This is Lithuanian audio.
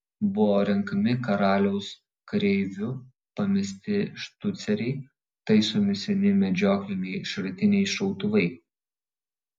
buvo renkami karaliaus kareivių pamesti štuceriai taisomi seni medžiokliniai šratiniai šautuvai